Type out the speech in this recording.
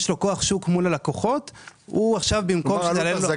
יש לו כוח שוק מול הלקוחות --- דמי החזקת